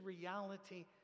reality